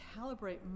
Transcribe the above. calibrate